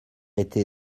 été